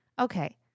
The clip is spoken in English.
Okay